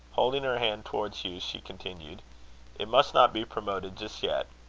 holding her hand towards hugh, she continued it must not be promoted just yet.